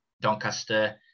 Doncaster